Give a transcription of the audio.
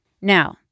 Now